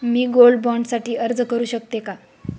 मी gold bond साठी अर्ज करु शकते का?